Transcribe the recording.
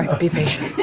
be patient.